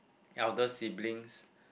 elder siblings